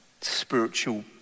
spiritual